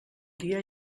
dia